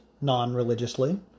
non-religiously